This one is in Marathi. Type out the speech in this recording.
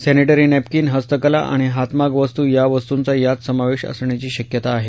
सर्विंटरी नप्रक्रीन हस्तकला आणि हातमाग वस्तू या वस्तूंचा यात समावेश असण्याची शक्यता आहे